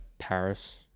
Paris